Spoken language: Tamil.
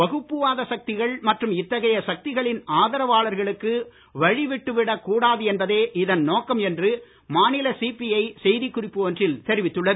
வகுப்புவாத சக்திகள் மற்றும் இத்தகைய சக்திகளின் ஆதரவாளர்களுக்கு வழிவிட்டுவிடக் கூடாது என்பதே இதன் நோக்கம் என்று மாநில சிபிஐ செய்திக் குறிப்பு ஒன்றில் தெரிவித்துள்ளது